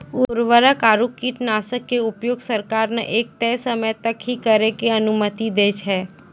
उर्वरक आरो कीटनाशक के उपयोग सरकार न एक तय सीमा तक हीं करै के अनुमति दै छै